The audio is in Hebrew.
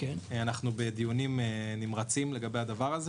אנחנו בדיונים נמרצים לגבי זה.